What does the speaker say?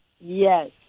yes